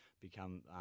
become